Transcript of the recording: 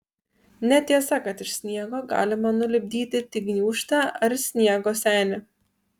netiesa kad iš sniego galima nulipdyti tik gniūžtę ar sniego senį